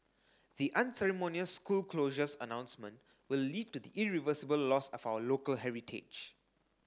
the unceremonious school closures announcement will lead to irreversible loss of our local heritage